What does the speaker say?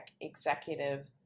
Executive